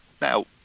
Now